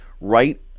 right